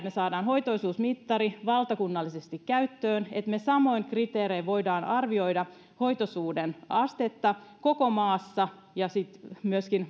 me saamme hoitoisuusmittarin valtakunnallisesti käyttöön että me samoin kriteerein voimme arvioida hoitoisuuden astetta koko maassa ja myöskin